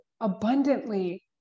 abundantly